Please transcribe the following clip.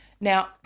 now